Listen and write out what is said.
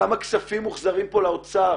כמה כספים מוחזרים פה לאוצר